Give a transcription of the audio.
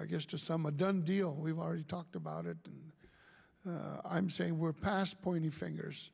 i guess to some a done deal we've already talked about it and i'm saying we're past pointing fingers